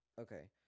Okay